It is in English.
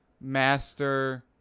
master